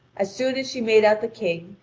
as soon as she made out the king,